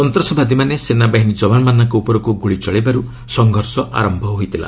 ସନ୍ତାସବାଦୀମାନେ ସେନାବାହିନୀ ଯବାନମାନଙ୍କ ଉପରକୁ ଗୁଳି ଚଳାଇବାରୁ ସଂଘର୍ଷ ଆରମ୍ଭ ହୋଇଥିଲା